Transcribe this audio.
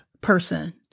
person